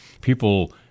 people